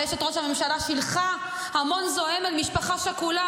ואשת ראש הממשלה שילחה המון זועם אל משפחה שכולה,